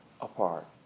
apart